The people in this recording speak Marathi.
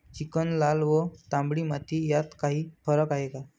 चिकण, लाल व तांबडी माती यात काही फरक आहे का?